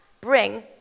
bring